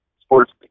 sports